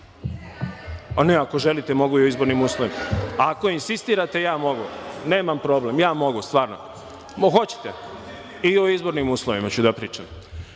treba…)Ako želite, mogu i o izbornim uslovima. Ako insistirate, ja mogu. Nemam problem. Ja mogu, stvarno. Hoćete? I o izbornim uslovima ću da pričam. Dakle,